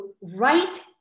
write